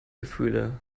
gefühle